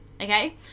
Okay